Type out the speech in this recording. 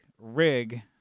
rig